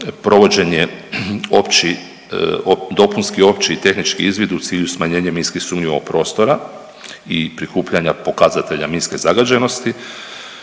provođenje opći, dopunski opći i tehnički u cilju smanjenje minski sumnjivo prostora i prikupljanja pokazatelja minske zagađenosti,